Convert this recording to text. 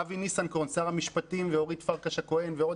אבי ניסנקורן שר המשפטים ואורית פרקש-הכהן ועוד